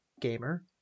gamer